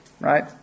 right